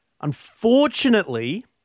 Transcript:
Unfortunately